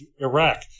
Iraq